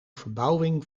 verbouwing